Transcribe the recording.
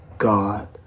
God